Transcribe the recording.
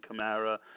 Kamara